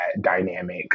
dynamic